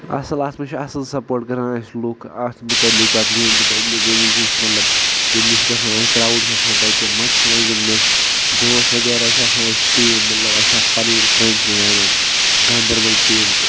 اصل اتھ منٛز چھِ اصل سَپوٹ کران اسہِ لُکھ اتھ متعلِق اتھ گیم متعلِق یٕم وِز أسۍ مطلب گندنہِ چھ گَژھان کراوُڈ چھُ آسان تَتہِ مزِ چھ یِوان گنٛدنَس دوس وغیرہ چھ آسان أسۍ ٹیٖم مطلب اسہِ چھ اکھ پننۍ فرنڈس الیوَن گاندربل ٹیٖم تہٕ